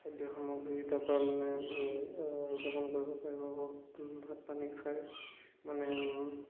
খাদ্য সামগ্ৰী কৰিব পাৰিব ভাত পানী খাই মানে